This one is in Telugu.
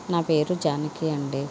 నా పేరు జానకి అండి